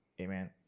amen